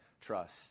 trust